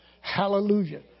Hallelujah